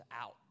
out